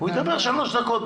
הוא ידבר שלוש דקות.